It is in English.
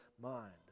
mind